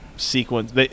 Sequence